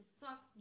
suck